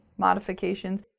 Modifications